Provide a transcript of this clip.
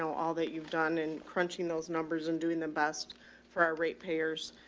so all that you've done in crunching those numbers and doing the best for our rate payers.